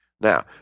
now